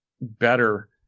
better